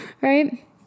right